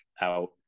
out